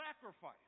sacrifice